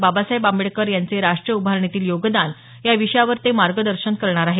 बाबासाहेब आंबेडकर यांचे राष्ट्र उभारणीतील योगदान या विषयावर ते मार्गदर्शन करणार आहेत